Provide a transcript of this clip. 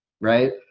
right